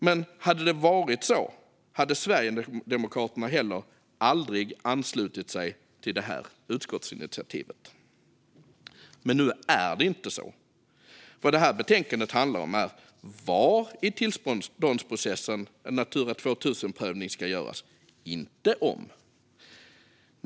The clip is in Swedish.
Men hade det varit så, då hade Sverigedemokraterna aldrig anslutit sig till det här utskottsinitiativet. Nu är det inte så. Vad detta betänkande handlar om är var i tillståndsprocessen en Natura 2000-prövning ska göras, inte om .